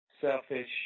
selfish